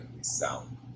sound